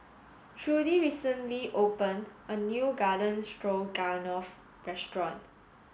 Trudy recently opened a new Garden Stroganoff restaurant